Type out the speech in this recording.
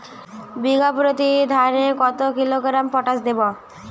বিঘাপ্রতি ধানে কত কিলোগ্রাম পটাশ দেবো?